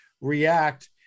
react